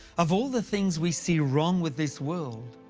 of all the things we see wrong with this world,